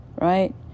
right